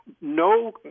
No